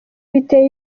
biteye